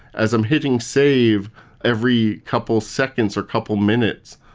as i'm hitting save every couple seconds or couple minutes,